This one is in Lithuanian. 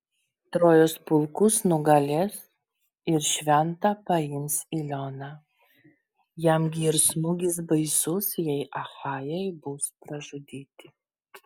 trojos pulkus nugalės ir šventą paims ilioną jam gi ir smūgis baisus jei achajai bus pražudyti